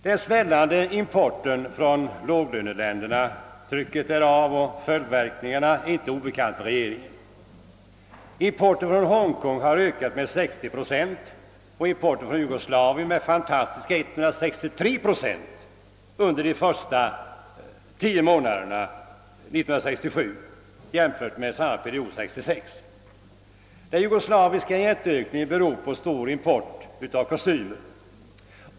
Den svällande importen från låglöneländerna, trycket därav och följdverkningarna är inte obekanta för regeringen. Importen från Hongkong har ökat med 60 procent och importen från Jugoslavien med fantastiska 163 procent under de tio första månaderna 1967 jämfört med samma period år 1966. Den jugoslaviska jätteökningen beror på vår stora import av kostymer.